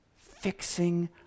Fixing